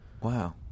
Wow